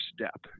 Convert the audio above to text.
step